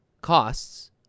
costs